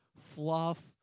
fluff